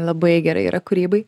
labai gerai yra kūrybai